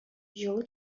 җылы